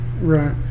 Right